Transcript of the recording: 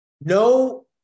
no